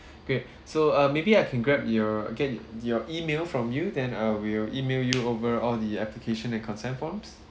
great so uh maybe I can grab your get your email from you then I will email you over all the application and consent forms